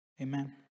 Amen